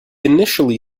initially